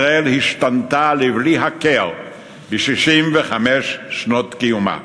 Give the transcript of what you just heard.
ישראל השתנתה לבלי הכר ב-65 שנות קיומה.